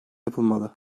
yapılmalı